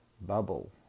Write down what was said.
bubble